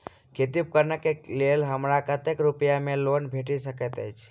खेती उपकरण केँ लेल हमरा कतेक रूपया केँ लोन भेटि सकैत अछि?